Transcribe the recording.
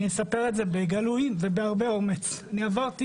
אני אספר בגלוי ובהרבה אומץ: אני עברתי